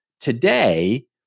Today